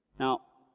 now,